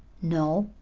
no,